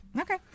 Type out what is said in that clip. Okay